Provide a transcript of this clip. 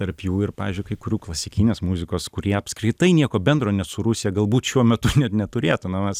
tarp jų ir pavyzdžiui kai kurių klasikinės muzikos kurie apskritai nieko bendro net su rusija galbūt šiuo metu net neturėtų na mes